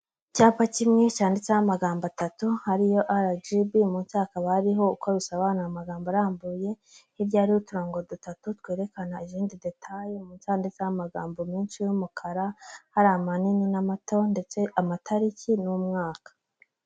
Icyapa kimwe cyanditseho amagambo atatu ariyo aragibi munsi hakaba hariho uko bisobanura amagambo arambuye , hirya hariho uturango dutatu twerekana izindi detaye munsi handitseho amagambo menshi y'umukara hari amanini n'amato ndetse amatariki n'umwaka.